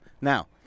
Now